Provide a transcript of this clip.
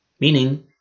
Meaning